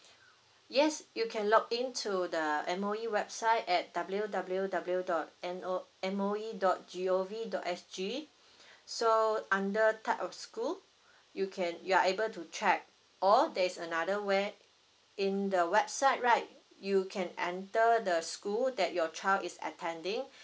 yes you can log in to the M_O_E website at W W W dot M O M O E dot G O V dot S G so under type of school you can you are able to check or there is another way in the website right you can enter the school that your child is attending